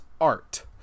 art